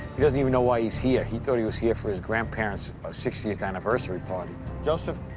he doesn't even know why he's here. he thought he was here for his grandparents' sixtieth anniversary party. joseph,